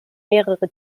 mehrere